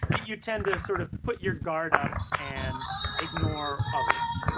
you tend to, sort of, put your guard up and ignore others.